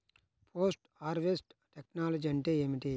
Post harvest technology అంటే ఏమిటి?